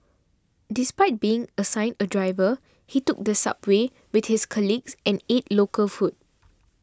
despite being assigned a driver he took the subway with his colleagues and ate local food